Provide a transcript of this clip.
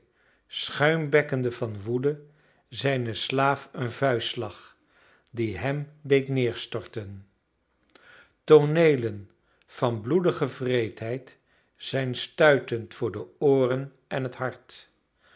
schuimbekkende van woede zijnen slaaf een vuistslag die hem deed neerstorten tooneelen van bloedige wreedheid zijn stuitend voor de ooren en het hart